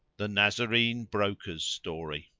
the nazarene broker's story.